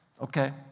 Okay